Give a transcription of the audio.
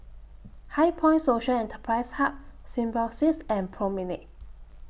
HighPoint Social Enterprise Hub Symbiosis and Promenade